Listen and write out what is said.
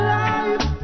life